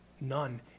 none